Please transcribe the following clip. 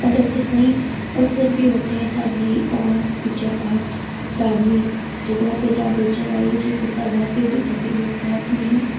और ऐसे कहीं अवसर भी होते हैं सादी और पूजा पाठ धार्मिक जगहों पर जहाँ भोजन आयोगित होता है वहाँ पे भी सभी लोग साथ में ही